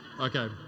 Okay